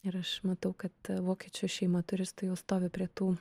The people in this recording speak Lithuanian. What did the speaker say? ir aš matau kad vokiečių šeima turistai jau stovi prie tų